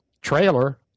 trailer